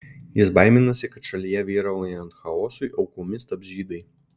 jis baiminasi kad šalyje vyraujant chaosui aukomis taps žydai